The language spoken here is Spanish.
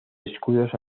escudos